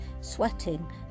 sweating